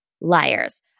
liars